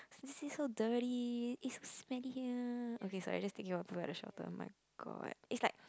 this is so dirty it's so smelly here okay sorry just thinking about people at the shelter oh-my-god it's like